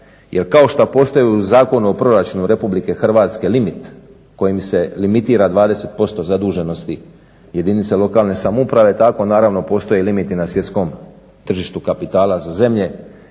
Jer kao što postoji u Zakonu o proračunu Republike Hrvatske limit kojim se limitira 20% zaduženosti jedinice lokalne samouprave, tako naravno postoje limiti na svjetskom tržištu kapitala za zemlje.